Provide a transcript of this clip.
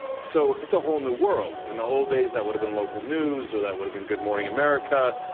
so it's a whole new world. in the old days, that would have been local news, or that would have been good morning america.